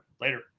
Later